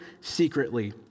secretly